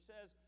says